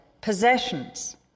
possessions